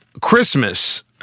Christmas